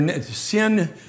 Sin